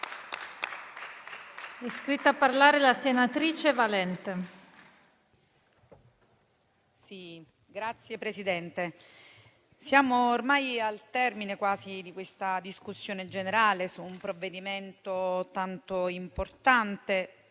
siamo ormai quasi al termine di questa discussione generale su un provvedimento tanto importante